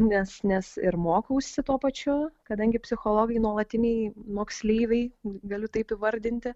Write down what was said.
nes nes ir mokausi tuo pačiu kadangi psichologai nuolatiniai moksleiviai galiu taip įvardinti